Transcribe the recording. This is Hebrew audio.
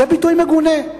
זה ביטוי מגונה.